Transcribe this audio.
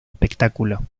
espectáculo